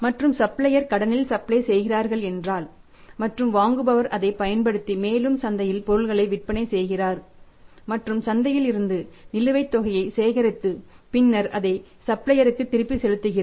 மற்றும் சப்ளையர் கடனில் சப்ளை செய்கிறார்கள் என்றால் மற்றும் வாங்குபவர் அதை பயன்படுத்தி மேலும் சந்தையில் பொருட்களை விற்பனை செய்கிறார் மற்றும் சந்தையில் இருந்து நிலுவைத் தொகையைச் சேகரித்து பின்னர் அதை சப்ளையருக்கு திருப்பிச் செலுத்துகிறார்